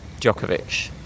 Djokovic